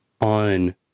on